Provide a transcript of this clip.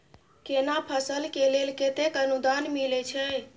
केना फसल के लेल केतेक अनुदान मिलै छै?